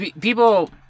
People